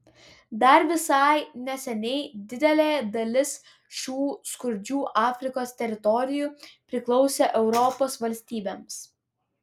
dar visai neseniai didelė dalis šių skurdžių afrikos teritorijų priklausė europos valstybėms